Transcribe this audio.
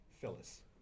Phyllis